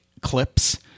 clips